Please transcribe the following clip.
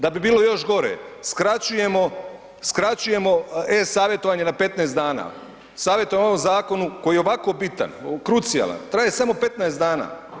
Da bi bilo još gore skraćujemo, skraćujemo e-savjetovanje na 15 dana, savjetovanje o ovom zakonu koji je ovako bitan, krucijalan, traje samo 15 dana.